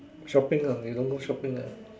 shopping lah they don't go shopping lah